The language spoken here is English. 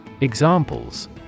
Examples